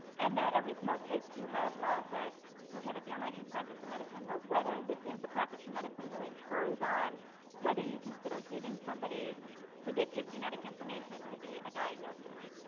and that most states do have laws that prohibit the unlicensed practice of medicine but whether this is the practice of medicine really turns on whether you consider giving somebody predictive genetic information to be a diagnosis.